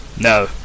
no